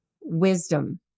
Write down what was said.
wisdom